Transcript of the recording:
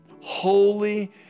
holy